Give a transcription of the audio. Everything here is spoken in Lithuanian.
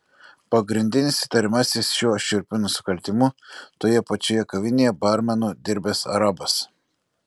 pagrindinis įtariamasis šiuo šiurpiu nusikaltimu toje pačioje kavinėje barmenu dirbęs arabas